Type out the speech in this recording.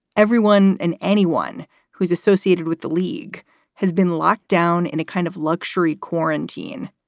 everyone and anyone who's associated with the league has been locked down in a kind of luxury quarantine,